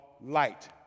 light